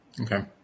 Okay